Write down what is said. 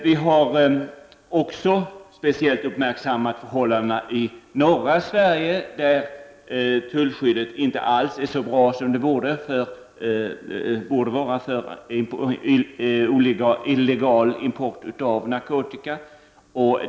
Vi har också speciellt uppmärksammat förhållandena i norra Sverige, där tullskyddet mot illegal import av narkotika inte alls är så bra som det borde vara.